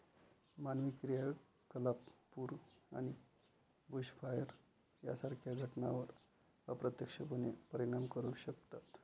मानवी क्रियाकलाप पूर आणि बुशफायर सारख्या घटनांवर अप्रत्यक्षपणे परिणाम करू शकतात